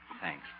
Thanks